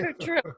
true